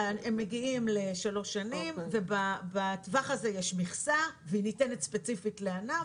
הם מגיעים לשלוש שנים ובטווח הזה יש מכסה והיא ניתנת ספציפית לענף,